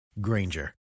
Granger